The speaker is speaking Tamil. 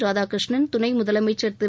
ராதாகிருஷ்ணன் துணை முதலமைச்சர் திரு